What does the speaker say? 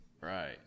Right